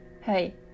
Hey